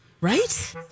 Right